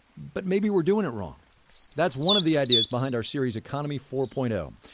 but maybe we're doing it wrong that's one of the ideas behind our series, economy four point um